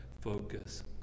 focus